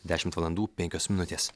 dešimt valandų penkios minutės